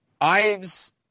Ives